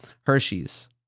Hershey's